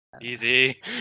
Easy